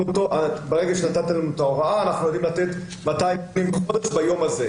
ברגע שנתת לנו את ההוראה אנחנו יודעים לתת 200 מבנים בחודש ביום הזה.